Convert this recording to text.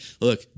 Look